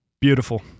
Beautiful